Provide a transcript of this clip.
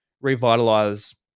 revitalize